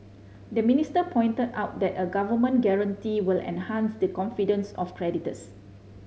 the minister pointed out that a government guarantee will enhance the confidence of creditors